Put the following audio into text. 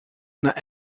naar